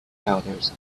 elders